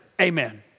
Amen